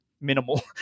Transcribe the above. minimal